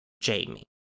Jamie